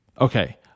Okay